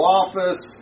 office